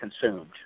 consumed